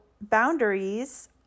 boundaries